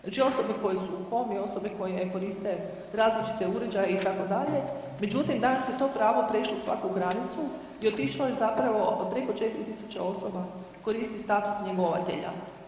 Znači osobe koje su u komi, osobe koje ne koriste različite uređaje itd., međutim danas je to pravo prešlo svaku granicu i otišlo je zapravo preko 4.000 osoba koristi status njegovatelja.